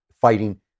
fighting